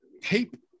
tape